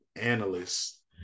analysts